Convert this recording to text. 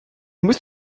musst